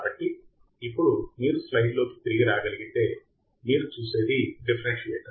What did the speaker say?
కాబట్టి ఇప్పుడు మీరు స్లైడ్లోకి తిరిగి రాగలిగితే మీరు చూసేది డిఫరెన్సియేటర్